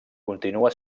continua